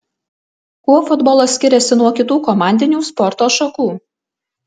kuo futbolas skiriasi nuo kitų komandinių sporto šakų